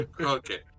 Okay